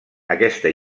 aquesta